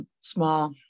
small